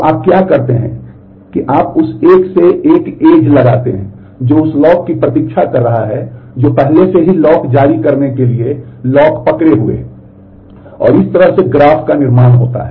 तो आप क्या करते हैं कि आप उस एक से एक एज पकड़े हुए है और इस तरह से ग्राफ का निर्माण होता है